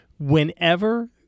Whenever